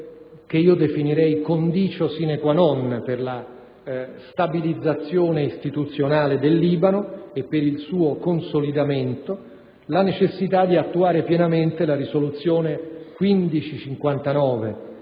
che considero una *condicio* *sine qua non* per la stabilizzazione istituzionale del Libano e per il suo consolidamento, cioè la necessità di attuare pienamente la risoluzione n.